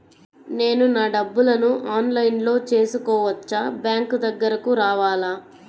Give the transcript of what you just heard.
నేను నా డబ్బులను ఆన్లైన్లో చేసుకోవచ్చా? బ్యాంక్ దగ్గరకు రావాలా?